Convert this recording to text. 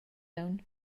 aunc